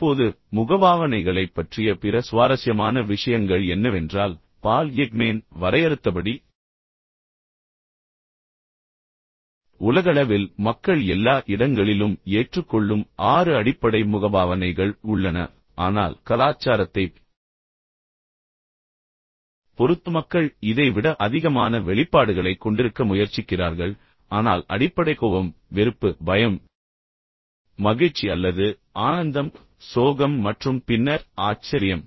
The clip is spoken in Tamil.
இப்போது முகபாவனைகளைப் பற்றிய பிற சுவாரஸ்யமான விஷயங்கள் என்னவென்றால் பால் எக்மேன் வரையறுத்தபடி உலகளவில் மக்கள் எல்லா இடங்களிலும் ஏற்றுக்கொள்ளும் ஆறு அடிப்படை முகபாவனைகள் உள்ளன ஆனால் கலாச்சாரத்தைப் பொறுத்து மக்கள் இதை விட அதிகமான வெளிப்பாடுகளைக் கொண்டிருக்க முயற்சிக்கிறார்கள் ஆனால் அடிப்படை கோபம் வெறுப்பு பயம் மகிழ்ச்சி அல்லது ஆனந்தம் சோகம் மற்றும் பின்னர் ஆச்சரியம்